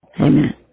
Amen